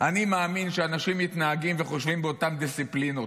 אני מאמין שאנשים מתנהגים וחושבים באותן דיסציפלינות.